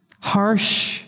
harsh